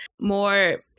more